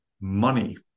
Money